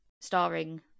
starring